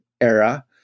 era